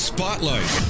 Spotlight